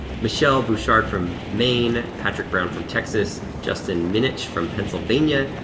michelle bouchard from maine. patrick brown from texas. justin minich from pennsylvania,